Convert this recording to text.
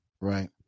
Right